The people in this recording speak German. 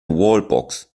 wallbox